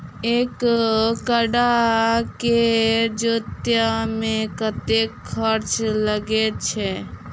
एक कट्ठा केँ जोतय मे कतेक खर्चा लागै छै?